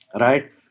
right